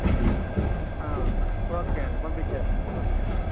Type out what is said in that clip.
okay అండి పంపిస్తాను okay